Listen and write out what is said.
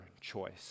choice